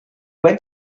went